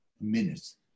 minutes